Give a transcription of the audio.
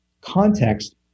context